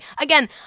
again